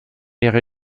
ihrer